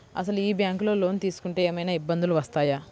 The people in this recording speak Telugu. అసలు ఈ బ్యాంక్లో లోన్ తీసుకుంటే ఏమయినా ఇబ్బందులు వస్తాయా?